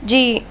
जी